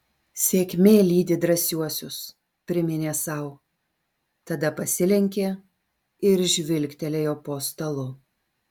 sėkmė lydi drąsiuosius priminė sau tada pasilenkė ir žvilgtelėjo po stalu